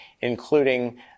including